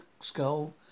skull